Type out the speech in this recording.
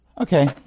Okay